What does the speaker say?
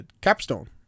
Capstone